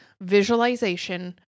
visualization